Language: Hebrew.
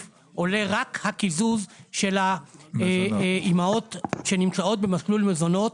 עולה רק הקיזוז של האימהות שנמצאות במסלול מזונות,